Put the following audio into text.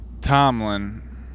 tomlin